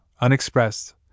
unexpressed